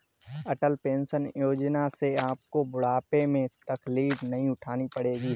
अटल pension योजना से आपको बुढ़ापे में तकलीफ नहीं उठानी पड़ेगी